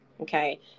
Okay